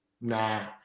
nah